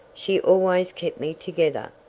she always kept me together.